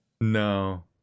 no